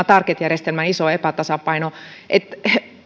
target järjestelmässä on iso epätasapaino ja